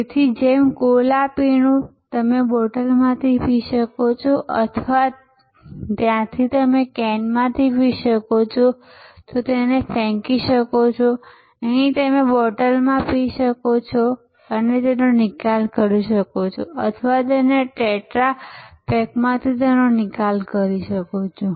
તેથી જેમ કોલા પીણું તમે બોટલમાંથી પી શકો છો અથવા જેમ ત્યાંથી તમે કેનમાંથી પી શકો છો અને તેને ફેંકી શકો છો અહીં તમે બોટલમાંથી પી શકો છો અને તેનો નિકાલ કરી શકો છો અથવા ટેટ્રા પેકમાંથી તેનો નિકાલ કરી શકો છો